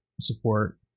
support